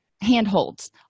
handholds